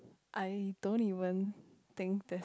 I don't even think this